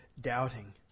doubting